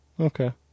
Okay